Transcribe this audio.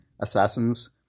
assassins